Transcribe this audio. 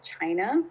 China